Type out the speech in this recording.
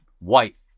wife